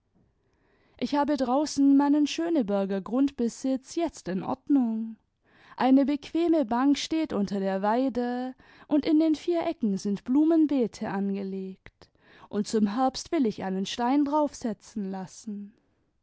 ich habe draußen meinen schöneberger gmndbesitz jetzt in ordnung eine bequeme bank steht unter der weide und in den vier ecken sind blumenbeete angelegt und zum herbst will ich einen stein drauf setzen lassen